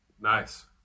Nice